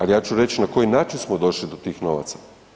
Al ja ću reć na koji način smo došli do tih novaca.